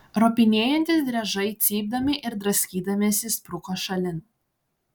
ropinėjantys driežai cypdami ir draskydamiesi spruko šalin